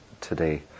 today